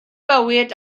bywyd